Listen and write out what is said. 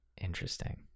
Interesting